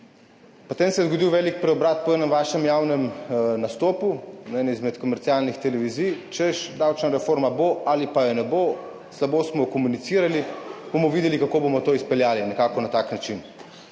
Potem se je zgodil velik preobrat po enem vašem javnem nastopu na eni izmed komercialnih televizij, češ, davčna reforma bo ali pa je ne bo, slabo smo komunicirali, bomo videli, kako bomo to izpeljali. Nekako na tak način.